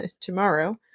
tomorrow